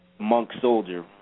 Monk-soldier